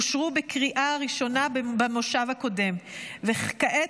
אושרו בקריאה ראשונה במושב הקודם וכעת